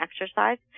exercise